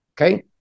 Okay